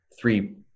three